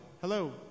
hello